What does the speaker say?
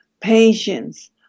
patience